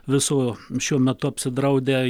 viso šiuo metu apsidraudę